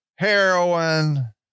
Heroin